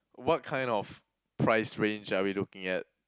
what kind of price range are we looking at